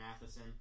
Matheson